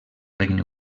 regne